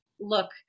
look